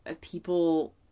people